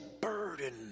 burden